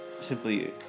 simply